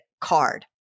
card